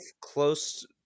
close